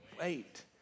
Wait